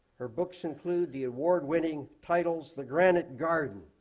her books include the award winning titles, the granite garden,